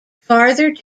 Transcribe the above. farther